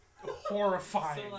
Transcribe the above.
horrifying